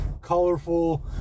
colorful